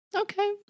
okay